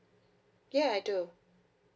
ya I do